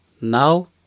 Now